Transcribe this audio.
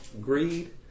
greed